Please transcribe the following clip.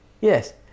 yes